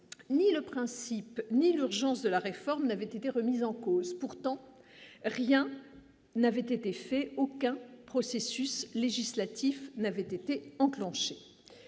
ni le principe ni le urgence de la réforme n'avait été remise en cause, pourtant, rien n'avait été fait, aucun processus législatif n'avait été enclenché